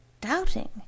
doubting